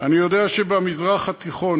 "אני יודע שבמזרח התיכון,